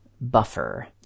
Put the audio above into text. Buffer